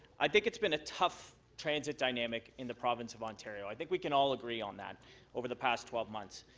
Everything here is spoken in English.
i think it's been a tough transit dynamic in the province of ontario, i think we can all agree on that over the past twelve months.